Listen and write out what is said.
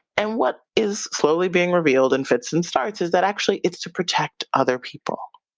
and what is slowly being revealed in fits and starts is that actually it's to protect other people,